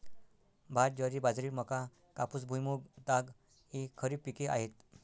भात, ज्वारी, बाजरी, मका, कापूस, भुईमूग, ताग इ खरीप पिके आहेत